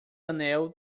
anel